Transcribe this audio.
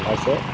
ऐसे